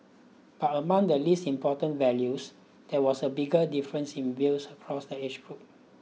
but among the least important values there was a bigger difference in views across the age groups